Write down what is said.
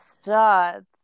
start